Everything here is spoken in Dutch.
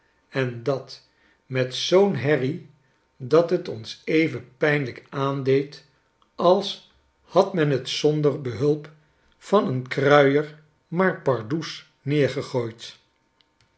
en dat met zoo'n herrie dat het ons even pynlijk aandeed als had men t zonder naar richmond en harrisburgh behulp van een kruier maar pardoes neergegooid